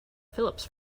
phillips